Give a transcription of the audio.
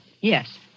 Yes